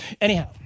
Anyhow